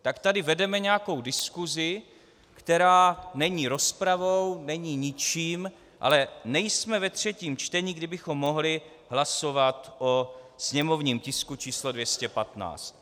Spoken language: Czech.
Tak tady vedeme nějakou diskusi, která není rozpravou, není ničím, ale nejsme ve třetím čtení, kdy bychom mohli hlasovat o sněmovním tisku číslo 215.